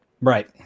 right